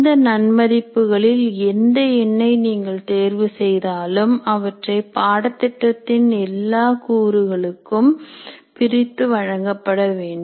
இந்த நன்மதிப்பு களில் எந்த எண்ணை நீங்கள் தேர்வு செய்தாலும் அவற்றை பாடத்திட்டத்தின் எல்லா ஊர்களுக்கும் பிரித்து வழங்கப்பட வேண்டும்